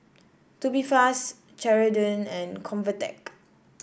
Tubifast Ceradan and Convatec